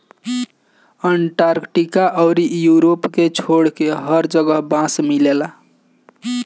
Antarctica अउरी Europe के छोड़के हर जगह बांस मिलेला